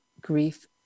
grief